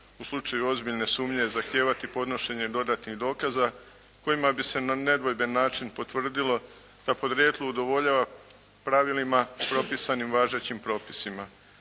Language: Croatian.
u slučaju ozbiljne sumnje zahtijevati podnošenje dodatnih dokaza kojima bi se na nedvojben način potvrdilo da podrijetlo udovoljava pravilima propisanim važećim propisima."